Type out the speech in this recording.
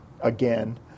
again